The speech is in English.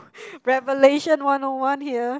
revelation one O one here